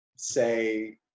say